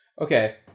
Okay